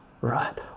right